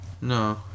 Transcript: No